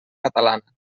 catalana